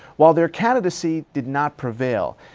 while their candidacy did not prevail,